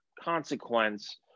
consequence